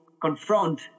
confront